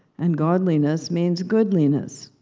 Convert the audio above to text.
and godliness means goodliness!